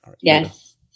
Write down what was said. yes